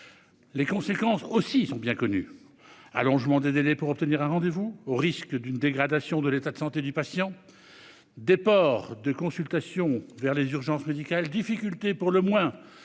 Les conséquences de cette politique sont bien connues : allongement des délais pour obtenir un rendez-vous, au risque d'une dégradation de l'état de santé du patient, déport des consultations vers les urgences médicales, difficultés, pour le moins,